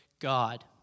God